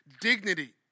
dignity